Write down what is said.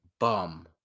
Bum